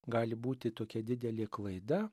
gali būti tokia didelė klaida